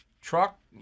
truck